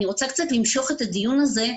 אני רוצה קצת למשוך את הדיון הזה,